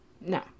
no